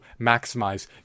maximize